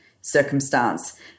circumstance